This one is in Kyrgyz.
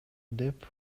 деп